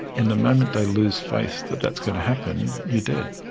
and the moment they lose faith that that's going to happen, you're dead.